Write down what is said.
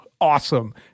Awesome